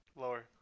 Lower